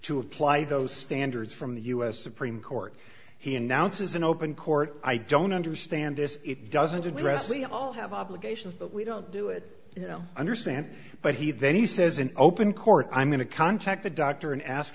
to apply those standards from the u s supreme court he announces in open court i don't understand this it doesn't address we all have obligations but we don't do it you know understand but he then he says in open court i'm going to contact the doctor and ask